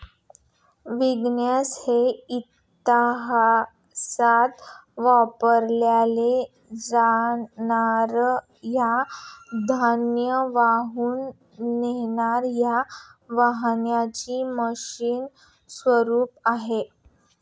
wagons हे इतिहासात वापरल्या जाणार या धान्य वाहून नेणार या वाहनांचे मशीन स्वरूप आहे